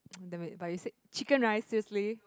damn it but you said Chicken Rice seriously